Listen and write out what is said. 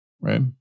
right